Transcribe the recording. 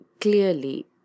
Clearly